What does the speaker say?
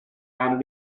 i’m